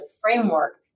framework